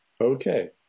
Okay